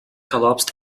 collapsed